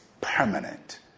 permanent